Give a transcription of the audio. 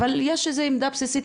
אבל יש איזה עמדה בסיסית,